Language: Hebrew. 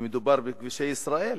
ומדובר בכבישי ישראל,